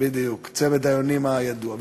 בדיוק, צמד היונים הידוע.